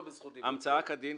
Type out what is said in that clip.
ש ------ המצאה כדין,